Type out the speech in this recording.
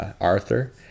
arthur